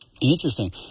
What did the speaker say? Interesting